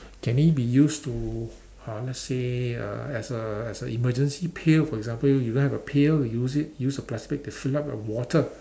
can it be used to uh let's say uh as a as a emergency pail for example you don't have a pail you use it you use a plastic bag to fill up your water